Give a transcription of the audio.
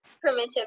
primitive